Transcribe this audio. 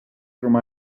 through